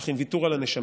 אך עם ויתור על הנשמה.